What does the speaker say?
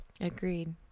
Agreed